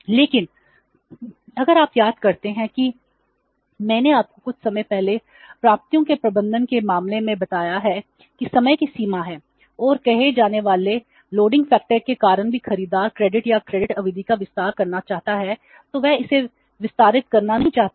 लेकिन अगर आप याद करते हैं कि मैंने आपको कुछ समय पहले प्राप्तियों के प्रबंधन के मामले में बताया है कि समय की सीमा है और कहे जाने वाले लोडिंग फैक्टर के कारण भी खरीदार क्रेडिट या क्रेडिट अवधि का विस्तार करना चाहता है तो वह इसे विस्तारित करना नहीं चाहता है